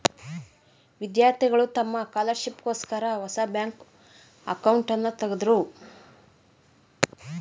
ವಿದ್ಯಾರ್ಥಿಗಳು ತಮ್ಮ ಸ್ಕಾಲರ್ಶಿಪ್ ಗೋಸ್ಕರ ಹೊಸ ಬ್ಯಾಂಕ್ ಅಕೌಂಟ್ನನ ತಗದ್ರು